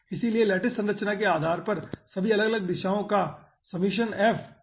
इसलिए लैटिस संरचना के आधार पर सभी अलग अलग दिशाओं का जो भी आपने लिया है